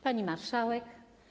Pani Marszałek!